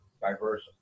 diverse